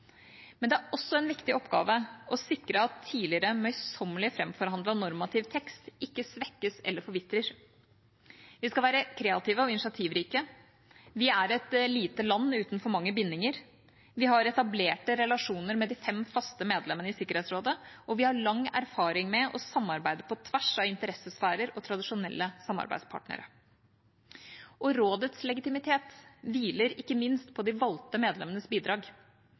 Men det er også en viktig oppgave å sikre at tidligere møysommelig framforhandlet normativ tekst ikke svekkes eller forvitrer. Vi skal være kreative og initiativrike. Vi er et lite land uten for mange bindinger. Vi har etablerte relasjoner med de fem faste medlemmene i Sikkerhetsrådet, og vi har lang erfaring med å samarbeide på tvers av interessesfærer og tradisjonelle samarbeidspartnere. Rådets legitimitet hviler ikke minst på de valgte medlemmenes bidrag.